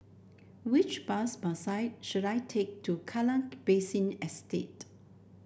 which bus bus I should I take to Kallang Basin Estate